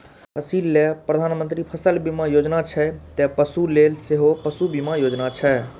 फसिल लेल प्रधानमंत्री फसल बीमा योजना छै, ते पशु लेल सेहो पशु बीमा योजना छै